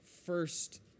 first